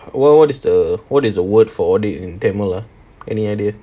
well what is the what is the word for it in tamil ah any idea